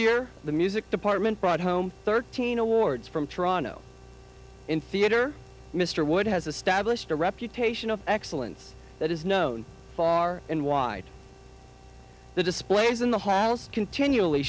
year the music department brought home thirteen awards from toronto in theater mr wood has established a reputation of excellence that is known far and wide the displays in the house continually